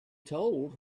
told